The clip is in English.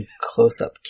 close-up